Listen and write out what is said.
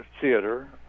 theater